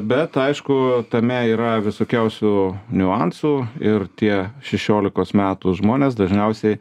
bet aišku tame yra visokiausių niuansų ir tie šešiolikos metų žmonės dažniausiai